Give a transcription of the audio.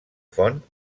font